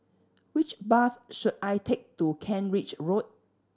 which bus should I take to Kent Ridge Road